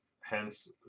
hence